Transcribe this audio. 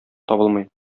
табылмый